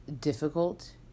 difficult